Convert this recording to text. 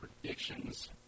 predictions